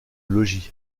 logis